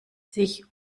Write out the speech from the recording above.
sich